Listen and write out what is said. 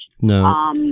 No